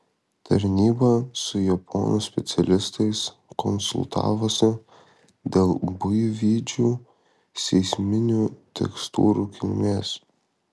tarnyba su japonų specialistais konsultavosi dėl buivydžių seisminių tekstūrų kilmės